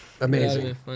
Amazing